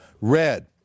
red